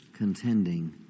Contending